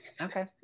Okay